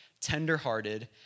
tenderhearted